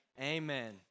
Amen